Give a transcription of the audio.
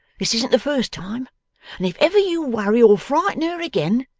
this isn't the first time and if ever you worry or frighten her again,